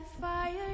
fire